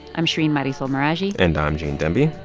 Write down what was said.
i'm shereen marisol meraji and i'm gene demby.